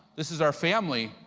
this is our family,